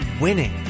winning